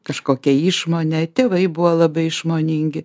kažkokią išmonę tėvai buvo labai išmoningi